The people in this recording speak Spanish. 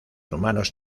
humanos